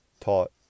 taught